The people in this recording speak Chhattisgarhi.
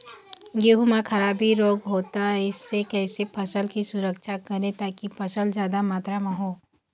गेहूं म खराबी रोग होता इससे कैसे फसल की सुरक्षा करें ताकि फसल जादा मात्रा म हो?